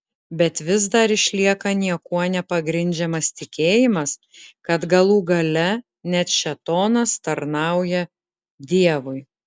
bet vis dar išlieka niekuo nepagrindžiamas tikėjimas kad galų gale net šėtonas tarnauja dievui